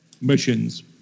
missions